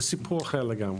זה סיפור אחר לגמרי.